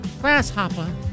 Grasshopper